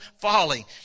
folly